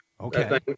Okay